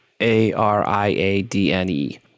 A-R-I-A-D-N-E